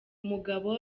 mugabo